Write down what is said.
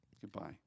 Goodbye